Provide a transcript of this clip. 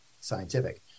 scientific